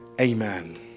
Amen